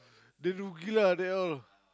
they rugi lah they all